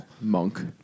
Monk